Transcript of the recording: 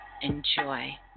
enjoy